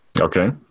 Okay